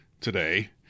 today